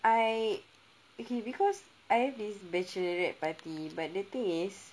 I okay because I have this bachelorette party but the thing is